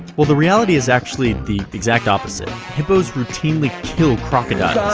well, the reality is actually the exact opposite. hippos routinely kill crocodiles.